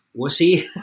Wussy